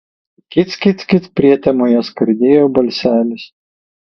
kic kic kic prietemoje skardėjo balselis